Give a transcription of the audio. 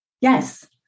Yes